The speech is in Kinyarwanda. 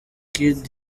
kid